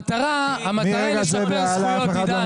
המטרה היא לשפר זכויות.